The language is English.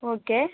okay